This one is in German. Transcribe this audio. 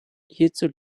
hierzu